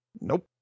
Nope